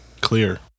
Clear